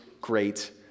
great